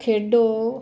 ਖੇਡੋ